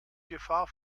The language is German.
gefahr